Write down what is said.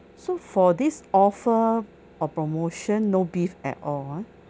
so for this offer or promotion no beef at all ah